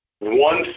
One